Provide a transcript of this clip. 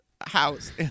house